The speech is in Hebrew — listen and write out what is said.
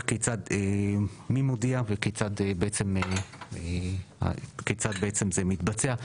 הליך מי מודיע וכיצד זה בעצם מתבצע,